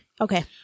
Okay